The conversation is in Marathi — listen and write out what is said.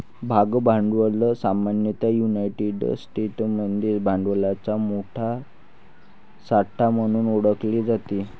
भाग भांडवल सामान्यतः युनायटेड स्टेट्समध्ये भांडवलाचा साठा म्हणून ओळखले जाते